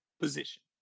position